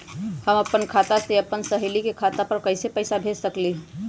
हम अपना खाता से अपन सहेली के खाता पर कइसे पैसा भेज सकली ह?